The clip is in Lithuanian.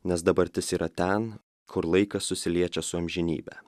nes dabartis yra ten kur laikas susiliečia su amžinybe